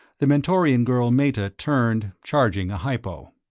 the mentorian girl meta turned, charging a hypo.